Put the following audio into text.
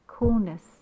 Coolness